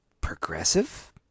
progressive